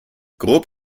grob